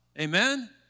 Amen